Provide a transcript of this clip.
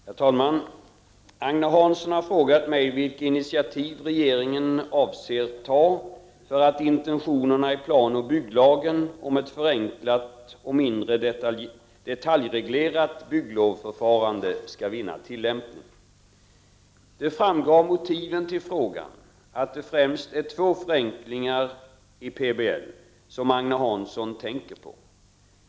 Herr talman! Agne Hansson har frågat mig vilka initiativ regeringen avser att ta för att intentionerna i planoch bygglagen om ett förenklat och mindre detaljreglerat bygglovsförfarande skall vinna tillämpning. Det framgår av motiven till frågan att det främst är två förenklingar i PBL som Agne Hansson tänker på.